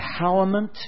empowerment